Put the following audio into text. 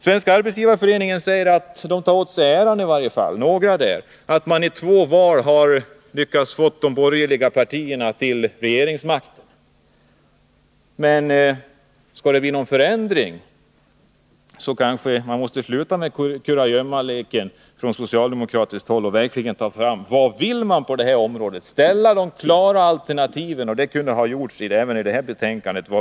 Svenska arbetsgivareföreningen tar åt sig äran av att man i två val lyckats få de borgerliga partierna till regeringsmakten. Men skall det bli någon förändring kanske socialdemokraterna måste sluta med kurragömmaleken och verkligen säga vad de vill på det här området, formulera klara alternativ. Det kunde ha gjorts i det här betänkandet.